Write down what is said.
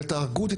ותהרגו אותי,